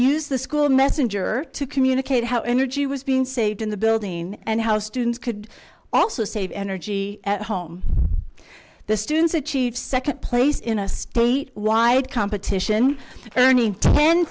use the school messenger to communicate how energy was being saved in the building and how students could also save energy at home the students achieve second place in a state wide competition earning ten